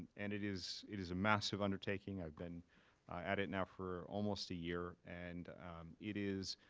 and it is it is a massive undertaking. i've been at it now for almost a year, and um it is